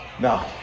No